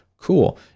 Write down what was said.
Cool